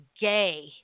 gay